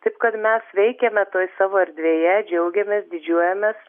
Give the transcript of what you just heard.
taip kad mes veikiame toj savo erdvėje džiaugiamės didžiuojamės